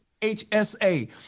HSA